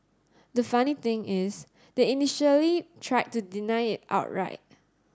the funny thing is they initially tried to deny it outright